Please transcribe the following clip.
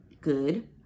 good